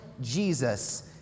Jesus